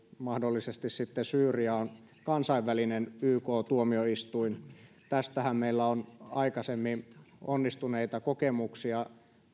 mahdollisesti sitten syyriaan kansainvälinen yk tuomioistuin tästähän meillä on aikaisemmin onnistuneita kokemuksia